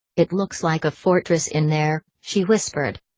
it looks like a fortress in there, she whispered.